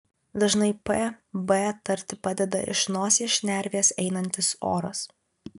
dažnai p b tarti padeda iš nosies šnervės einantis oras